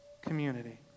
community